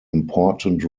important